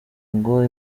ngo